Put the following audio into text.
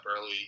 early